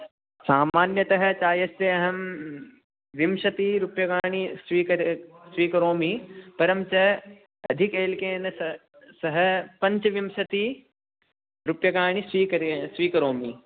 सामान्यतः चायस्य अहं विंशति रूप्यकाणि स्वीकरि स्वीकरोमि परञ्च अधिक एलकेन स सह पञ्चविंशतिः रूप्यकाणि स्वीकरि स्वीकरोमि